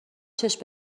چشم